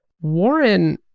Warren